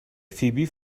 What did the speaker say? فیبی